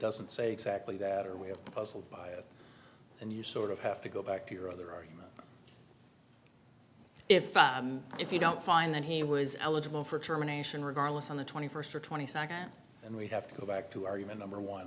doesn't say exactly that or we have puzzled by it and you sort of have to go back to your other argument if if you don't find that he was eligible for termination regardless on the twenty first or twenty second and we have to go back to our human number one